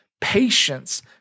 patience